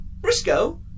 Briscoe